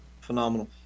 Phenomenal